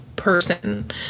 person